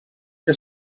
che